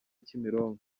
kimironko